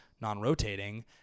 non-rotating